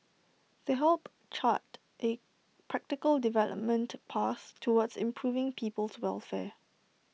they help chart A practical development path towards improving people's welfare